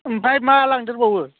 ओमफ्राय मा लांदेरबावो